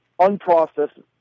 unprocessed